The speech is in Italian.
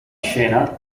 scena